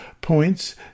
points